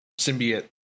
symbiote